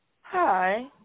Hi